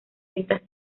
fiestas